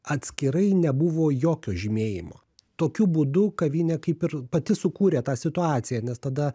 atskirai nebuvo jokio žymėjimo tokiu būdu kavinė kaip ir pati sukūrė tą situaciją nes tada